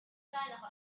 kleinere